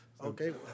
Okay